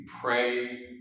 pray